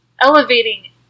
elevating